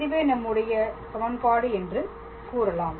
இதுவே நம்முடைய சமன்பாடு என்று கூறலாம்